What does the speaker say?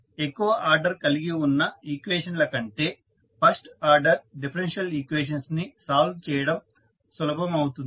ఎక్కువ ఆర్డర్ కలిగి ఉన్న ఈక్వేషన్ ల కంటే ఫస్ట్ ఆర్డర్ డిఫరెన్షియల్ ఈక్వేషన్స్ ని సాల్వ్ చేయడం సులభమవుతుంది